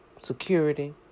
security